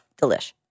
delish